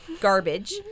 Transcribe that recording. Garbage